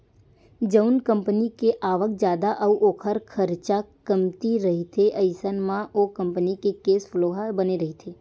जउन कंपनी के आवक जादा अउ ओखर खरचा कमती रहिथे अइसन म ओ कंपनी के केस फ्लो ह बने रहिथे